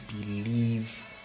believe